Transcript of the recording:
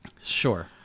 Sure